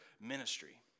ministry